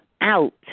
out